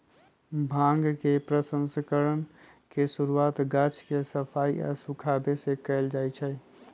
भांग के प्रसंस्करण के शुरुआत गाछ के सफाई आऽ सुखाबे से कयल जाइ छइ